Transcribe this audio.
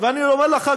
ואני אומר לך,